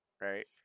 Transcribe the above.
Right